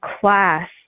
class